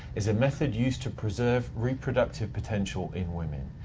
is a method used to preserve reproductive potential in women.